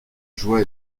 joie